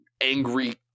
angry